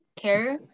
care